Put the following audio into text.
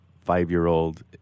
five-year-old